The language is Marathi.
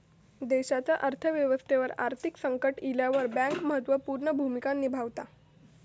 देशाच्या अर्थ व्यवस्थेवर आर्थिक संकट इल्यावर बँक महत्त्व पूर्ण भूमिका निभावता